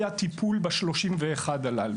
בין 16 ל-21 51% נסגרו.